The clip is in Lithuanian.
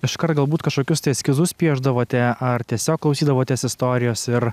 iškart galbūt kažkokius tai eskizus piešdavote ar tiesiog klausydavotės istorijos ir